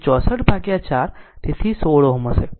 જે 64 ભાગ્યા 4 તેથી 16 Ω થશે